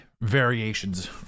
variations